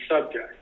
subject